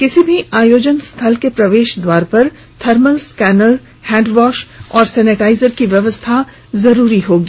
किसी भी आयोजन स्थल के प्रवेश द्वार पर थर्मल स्कैनर हैंडवाश और सैनेटाइजर की व्यवस्था जरूरी होगी